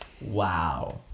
Wow